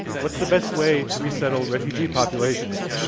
what's the best way to resettle refugee populations,